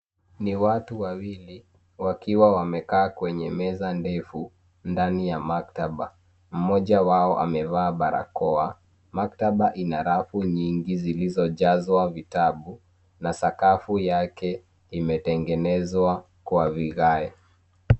Ni watu wawili wakiwa wamekaa kwenye meza ndefu ndani ya maktaba. Mmoja wao amevaa barakoa. Maktaba ina rafu nyingi zilizo jazwa vitabu na sakafu yake imetengenezwa kwa vigae.